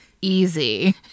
easy